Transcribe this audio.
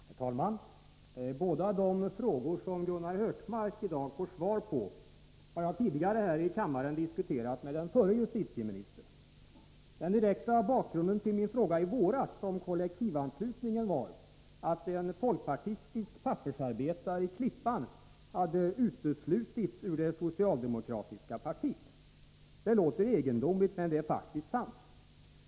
Herr talman! Båda de frågor som Gunnar Hökmark i dag får svar på har jag tidigare här i kammaren diskuterat med den förre justitieministern. Den direkta bakgrunden till min fråga i våras om kollektivanslutningen var att en folkpartistisk pappersarbetare i Klippan hade uteslutits ur det socialdemokratiska partiet. Det låter egendomligt men det är faktiskt sant.